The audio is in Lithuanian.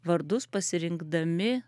vardus pasirinkdami